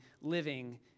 living